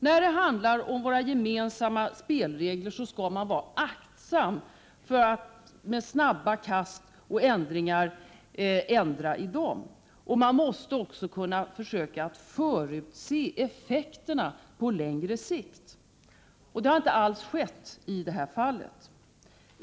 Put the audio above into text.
När det handlar om våra gemensamma spelregler skall man vara aktsam mot att med snabba kast åstadkomma förändringar i dessa. Man måste även försöka förutse effekterna på längre sikt. Något sådant har inte skett i detta fall.